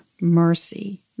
mercy